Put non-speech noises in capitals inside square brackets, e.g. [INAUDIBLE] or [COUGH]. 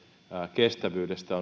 kestävyydestä [UNINTELLIGIBLE]